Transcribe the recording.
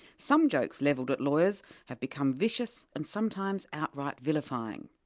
some jokes levelled at lawyers have become vicious and sometimes outright vilifying.